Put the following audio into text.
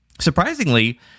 Surprisingly